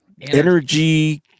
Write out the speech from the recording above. Energy